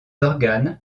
organes